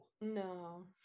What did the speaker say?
No